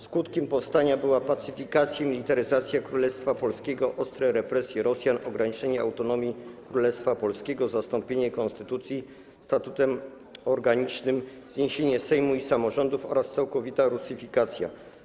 Skutkiem powstania były pacyfikacja i militaryzacja Królestwa Polskiego, ostre represje Rosjan, ograniczenie autonomii Królestwa Polskiego, zastąpienie konstytucji statutem organicznym, zniesienie Sejmu i samorządów oraz całkowita rusyfikacja.